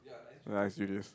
ya nice juniors